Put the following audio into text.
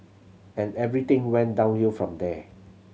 and everything went downhill from there